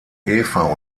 eva